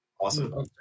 Awesome